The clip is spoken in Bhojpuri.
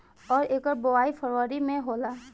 अउर एकर बोवाई फरबरी मे होला